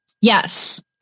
Yes